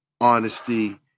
honesty